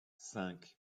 cinq